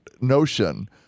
notion